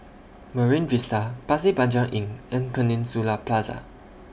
Marine Vista Pasir Panjang Inn and Peninsula Plaza